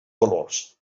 valors